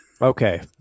Okay